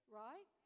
right